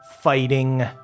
fighting